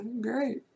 great